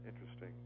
interesting